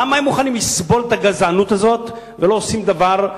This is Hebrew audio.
למה הם מוכנים לסבול את הגזענות הזאת ולא עושים דבר?